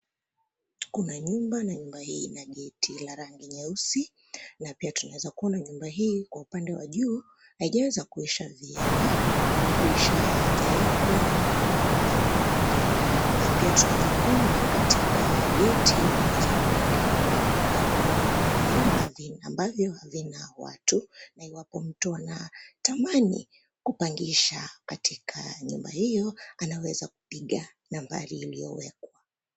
Kuna nyumba na nyumba hii ina geti la rangi nyeusi, na pia tunaweza kuona nyumba hii kwa upande wa juu, haijaweza kuisha vyema, madirisha hayajaekwa na pia kupakwa rangi. Pia tunaweza kuona katika, geti kumeweza kubandikwa, ya kwamba kuna vyumba ambavyo havina watu, na iwapo mtu ana, tamani kupangisha katika nyumba hio, anaweza kupiga nambari iliyowekwa.